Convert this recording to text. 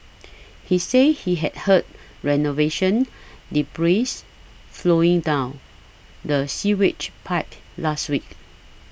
he said he had heard renovation debris flowing down the sewage pipe last week